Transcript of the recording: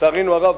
לצערנו הרב,